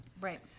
Right